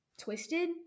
Twisted